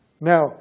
Now